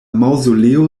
maŭzoleo